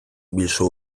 більшу